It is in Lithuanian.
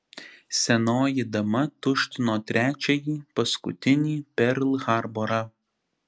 senoji dama tuštino trečiąjį paskutinį perl harborą